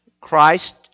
Christ